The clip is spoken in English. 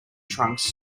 trunks